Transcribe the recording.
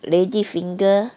lady finger